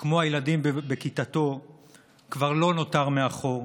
כמו הילדים בכיתתו כבר לא נותר מאחור.